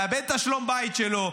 מאבד את שלום הבית שלו,